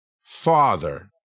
father